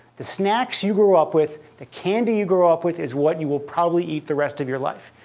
the snacks you grew up with, the candy you grew up with, is what you will probably eat the rest of your life.